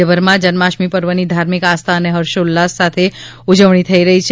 રાજ્યભરમાં જન્માષ્ટમી પર્વની ધાર્મિક આસ્થા અને હર્ષોલ્લાસ સાથે ઉજવાઈ રહી છે